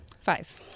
Five